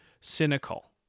cynical